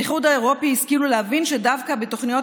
באיחוד האירופי השכילו להבין שדווקא בתוכניות